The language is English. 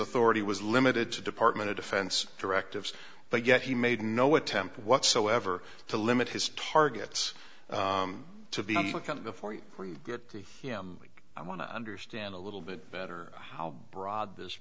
authority was limited to department of defense directives but yet he made no attempt whatsoever to limit his targets to be before you get him i want to understand a little bit better how broad this